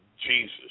Jesus